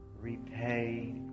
repay